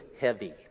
heavy